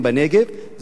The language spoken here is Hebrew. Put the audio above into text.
זו השאלה הראשונה.